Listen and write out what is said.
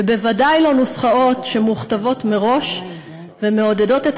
ובוודאי לא נוסחאות שמוכתבות מראש ומעודדות את